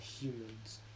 humans